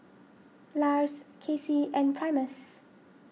Lars Kacy and Primus